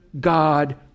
God